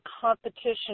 competition